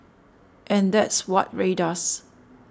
and that's what Rae does